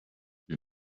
you